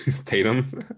tatum